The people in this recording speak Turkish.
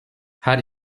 her